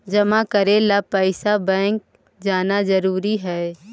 जमा करे ला पैसा बैंक जाना जरूरी है?